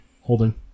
Holding